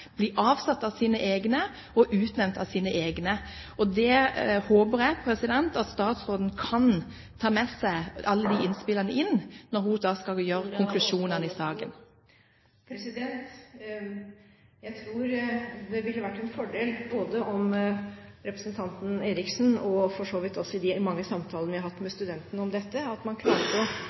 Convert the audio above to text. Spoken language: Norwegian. av sine egne og avsatt av sine egne. Jeg håper at statsråden kan ta med seg alle disse innspillene når hun skal konkludere i saken. Jeg tror det ville vært en fordel om man i de mange samtalene vi har med studentene om dette, klarte å komme fram til gode løsninger på hvordan man